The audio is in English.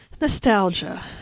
nostalgia